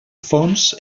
fons